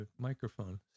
microphone